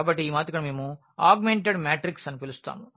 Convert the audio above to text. కాబట్టి ఈ మాత్రికను మేము ఆగ్మెంటెడ్ మ్యాట్రిక్స్ అని పిలుస్తాము